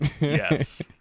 Yes